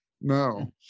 No